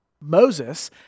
Moses